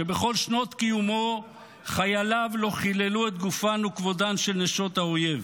שבכל שנות קיומו חייליו לא חיללו את גופן וכבודן של נשות האויב.